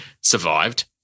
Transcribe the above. survived